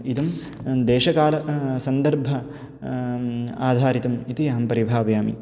इदं देशकालसन्दर्भं आधारितम् इति अहं परिभावयामि